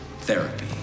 therapy